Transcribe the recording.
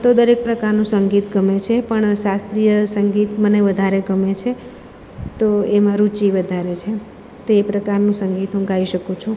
તો દરેક પ્રકારનું સંગીત ગમે છે પણ શાસ્ત્રીય સંગીત મને વધારે ગમે છે તો એમાં રુચિ વધારે છે તો એ પ્રકારનું સંગીત હું ગાઈ શકું છું